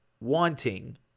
wanting